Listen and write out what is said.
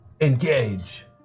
Engage